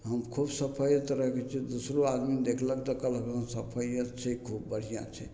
हम खूब सफैअत रखै छिए दोसरो आदमी देखलक तऽ कहलक सफैअत छै खूब बढ़िआँ छै